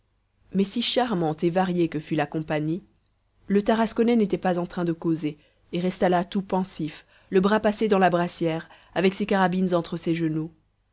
mais si charmante et variée que fût la compagnie le tarasconnais n'était pas en train de causer et resta là tout pensif le bras passé dans la brassière avec ses carabines entre ses genoux